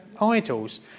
idols